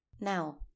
Now